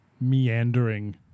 meandering